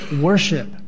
worship